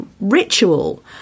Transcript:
ritual